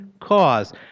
cause